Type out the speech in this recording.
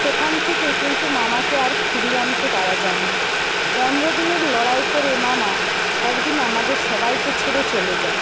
সেখান থেকে কিন্তু মামাকে আর ফিরিয়ে আনতে পারা যায়নি পনেরো দিনের লড়াই করে মামা এক দিন আমাদের সবাইকে ছেড়ে চলে যায়